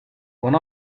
one